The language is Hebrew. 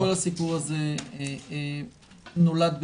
כל הסיפור הזה נולד בחטא.